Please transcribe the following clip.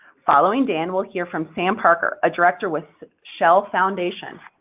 following dan, we'll hear from sam parker, a director with shell foundation.